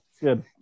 Good